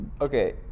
Okay